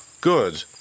Good